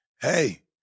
hey